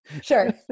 Sure